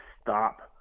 stop